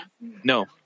No